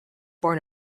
born